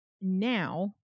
now